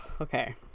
okay